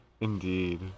Indeed